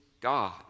God